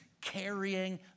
carrying